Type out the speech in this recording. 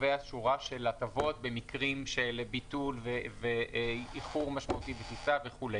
קובע שורה של הטבות במקרים של ביטול ואיחור משמעותי בטיסה וכו'.